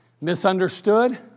misunderstood